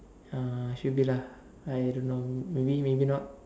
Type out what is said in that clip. uh should be lah I don't know maybe maybe not